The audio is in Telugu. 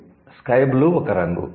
'స్కై బ్లూ' ఒక రంగు